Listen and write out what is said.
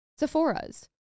Sephoras